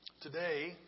Today